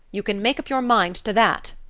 you can make up your mind to that,